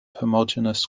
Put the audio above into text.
homogeneous